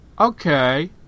okay